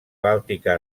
bàltica